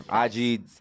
IG